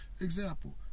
Example